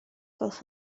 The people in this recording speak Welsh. gwelwch